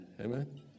amen